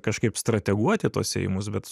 kažkaip strateguoti tuos ėjimus bet